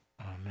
Amen